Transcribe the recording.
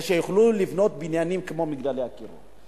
שיוכלו לבנות בניינים כמו "מגדלי אקירוב".